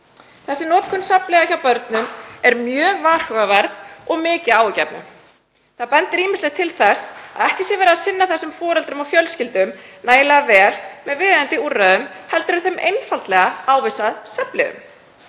Þessi notkun svefnlyfja hjá börnum er mjög varhugaverð og mikið áhyggjuefni. Það bendir ýmislegt til þess að ekki sé verið að sinna þessum foreldrum og fjölskyldum nægilega vel með viðeigandi úrræðum heldur er svefnlyfjum einfaldlega